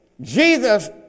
Jesus